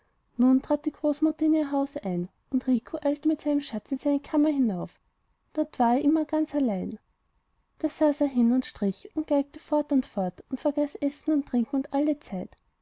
nun trat die großmutter in ihr haus ein und rico eilte mit seinem schatz in seine kammer hinauf dort war er immer ganz allein da saß er hin und strich und geigte fort und fort und vergaß essen und trinken und alle zeit